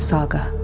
Saga